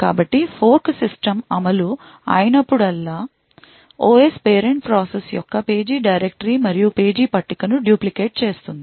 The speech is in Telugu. కాబట్టి ఫోర్క్ సిస్టమ్ అమలు అయినప్పుడల్లా OS పేరెంట్ ప్రాసెస్ యొక్క పేజీ డైరెక్టరీ మరియు పేజీ పట్టికను duplicate చేస్తుంది